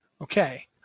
Okay